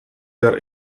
der